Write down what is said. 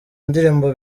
ndirimbo